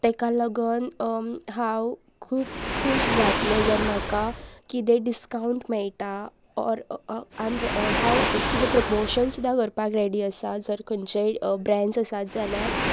ताका लागून हांव खूब खूश जातलें जर म्हाका किदें डिस्कावंट मेळटा ऑर हांव कितें प्रमोशन सुद्दा करपाक रेडी आसा जर खंयचेय ब्रॅड्स आसात जाल्यार